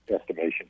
estimation